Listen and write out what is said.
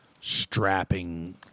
strapping